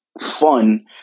fun